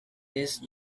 these